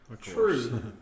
True